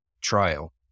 trial